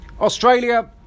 Australia